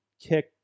kick